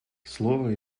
слово